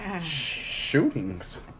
shootings